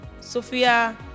Sophia